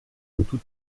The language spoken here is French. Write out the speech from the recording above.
toutes